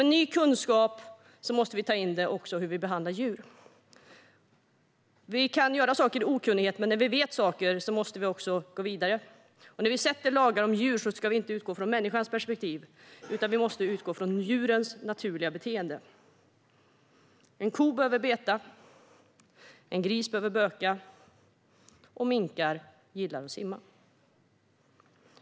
Med ny kunskap måste vi ta in hur vi behandlar djur. Vi kan göra saker i okunnighet. Men när vi vet saker måste vi också gå vidare. När vi stiftar lagar om djur ska vi inte utgå från människans perspektiv, utan vi måste utgå från djurens naturliga beteende. En ko behöver beta, en gris behöver böka och minkar gillar att simma.